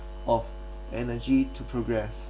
of energy to progress